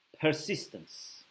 persistence